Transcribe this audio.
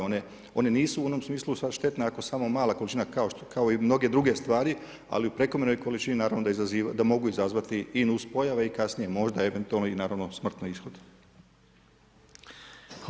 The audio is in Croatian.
One nisu u onom smislu štetne ako samo mala količina kao i mnoge druge stvari, ali u prekomjernoj količini naravno da mogu izazvati i nuspojave i kasnije možda eventualno naravno i smrtni ishod.